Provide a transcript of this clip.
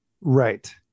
Right